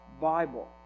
Bible